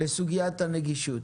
לסוגיית הנגישות.